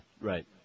Right